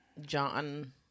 John